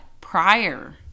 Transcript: prior